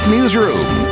Newsroom